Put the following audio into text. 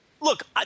look